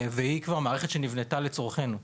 המערכת נבנתה לצורכנו.